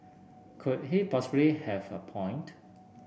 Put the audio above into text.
could he possibly have a point